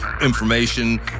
information